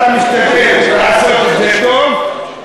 אתה משתדל לעשות את זה טוב,